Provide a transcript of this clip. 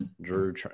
Drew